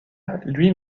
lui